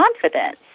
confidence